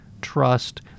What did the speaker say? trust